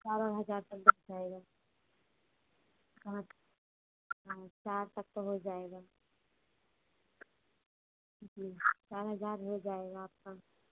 बारह हज़ार तक लग आएगा कहाँ हाँ चार तक तो हो जाएगा जी चार हज़ार हो जाएगा आपका